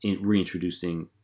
reintroducing